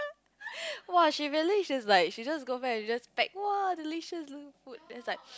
!wah! she really she's like she just go back to just pack !woah! delicious food that's like